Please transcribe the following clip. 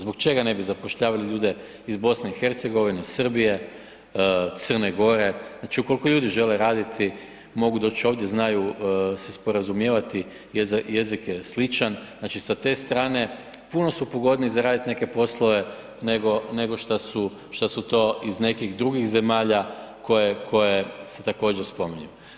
Zbog čega ne bi zapošljavali ljude iz BiH, Srbije, Crne Gore, znači ukoliko ljudi žele raditi, mogu doći ovdje, znaju se sporazumijevati, jezik je sličan, znači sa te strane, puno su pogodniji za raditi neke poslove nego što su to iz nekih drugih zemalja koje se također spominju.